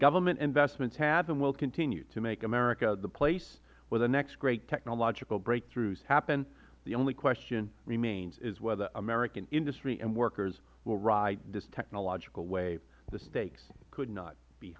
government investments have and will continue to make america the place where the next great technological breakthroughs happen the only question that remains is whether american industry and workers will ride this technological wave the stakes could not be